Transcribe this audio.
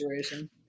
situation